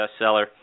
bestseller